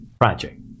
project